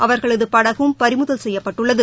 அவர்களதுபடகும் பறிமுதல் செய்யப்பட்டுள்ளது